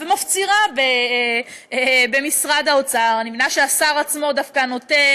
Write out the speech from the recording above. ומפצירה במשרד האוצר אני מבינה שהשר עצמו דווקא נוטה